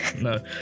No